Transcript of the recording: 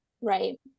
right